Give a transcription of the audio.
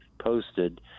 posted